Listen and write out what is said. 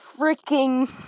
freaking